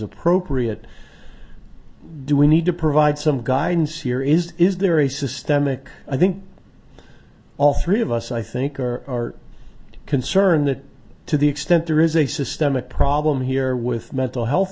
appropriate do we need to provide some guidance here is is there a systemic i think all three of us i think are concerned that to the extent there is a systemic problem here with mental health